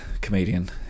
comedian